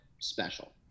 special